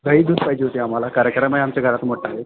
दही दूध पाहिजे होती आम्हाला कार्यक्रम आहे आमच्या घरात मोठा एक